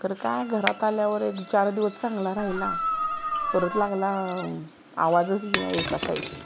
खरं काय घरात आल्यावर एक चार दिवस चांगला राहिला परत लागला आवाजच येईना एका साइडनं